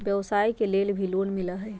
व्यवसाय के लेल भी लोन मिलहई?